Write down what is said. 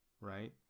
Right